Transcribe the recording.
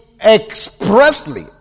expressly